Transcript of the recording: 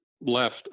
left